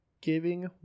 giving